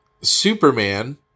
Superman